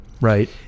right